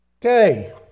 Okay